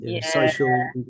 social